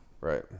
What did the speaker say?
Right